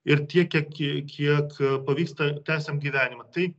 ir tiek kiek kiek pavyksta tęsiam gyvenimą tai